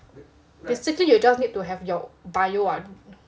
basically you just need to have your bio [what]